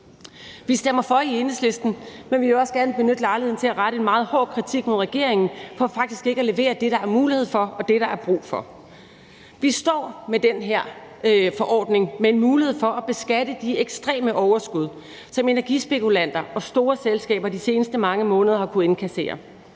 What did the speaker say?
Vi stemmer for i Enhedslisten, men vi vil også gerne benytte lejligheden til at rette en meget hård kritik mod regeringen for faktisk ikke at levere det, der er mulighed for, og det, der er brug for. Vi står med den her forordning med en mulighed for at beskatte de ekstreme overskud, som energispekulanter og store selskaber de seneste mange måneder har kunnet indkassere.